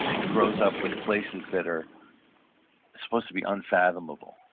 grows up with places that are supposed to be unfathomable.